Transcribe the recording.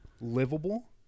livable